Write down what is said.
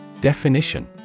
Definition